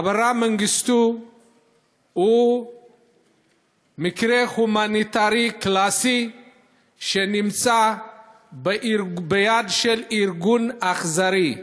אברה מנגיסטו הוא מקרה הומניטרי קלאסי שנמצא ביד של ארגון אכזרי.